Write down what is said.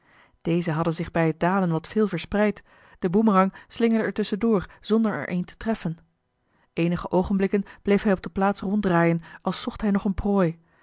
deze hadden zich bij het dalen wat veel verspreid de boemerang slingerde er tusschen door zonder er een te treffen eenige oogenblikken bleef hij op de plaats ronddraaien als zocht hij nog eene prooi